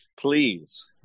Please